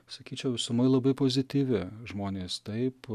sakyčiau visumoj labai pozityvi žmonės taip